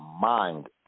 mind